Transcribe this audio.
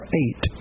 eight